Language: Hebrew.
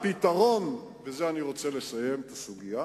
הפתרון, ובזה אני רוצה לסיים את הסוגיה,